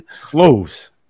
Close